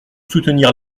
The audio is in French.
soutenir